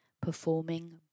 performing